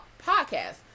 podcast